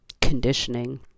conditioning